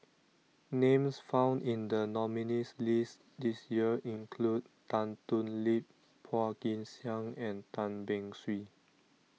names found in the nominees' list this year include Tan Thoon Lip Phua Kin Siang and Tan Beng Swee